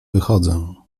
wychodzę